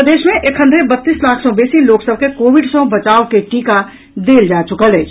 प्रदेश मे एखन धरि बत्तीस लाख सँ बेसी लोक सभ के कोविड सँ बचाव के टीका देल जा चुकल अछि